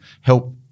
help